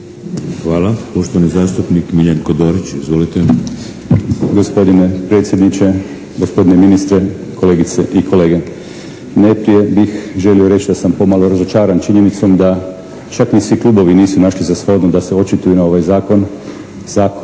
Hvala. Poštovani zastupnik Miljenko Dorić. Izvolite!